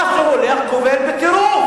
מה שהולך, גובל בטירוף.